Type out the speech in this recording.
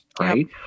right